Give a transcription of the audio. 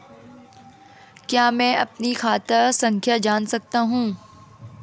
क्या मैं अपनी खाता संख्या जान सकता हूँ?